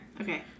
Okay